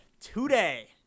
today